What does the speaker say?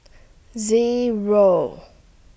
Zero